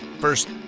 First